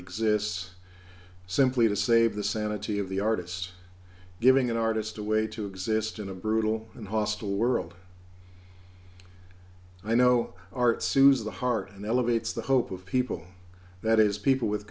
exists simply to save the sanity of the artist giving an artist a way to exist in a brutal and hostile world i know art sues the heart and elevates the hope of people that is people with